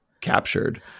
captured